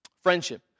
friendship